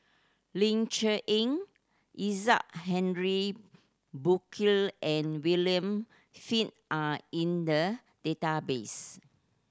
Ling Cher Eng Isaac Henry Burkill and William Flint are in the database